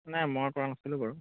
নাই মই কৰা নাছিলোঁ বাৰু